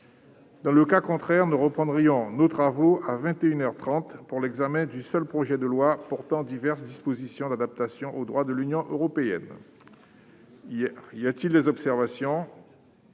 Dans le cas contraire, nous reprendrions nos travaux à vingt et une heures trente pour l'examen du seul projet de loi portant diverses dispositions d'adaptation au droit de l'Union européenne. Y-a-t-il des observations ?